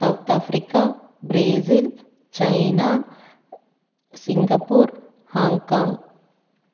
South Africa Brazil China Singapore Hong Kong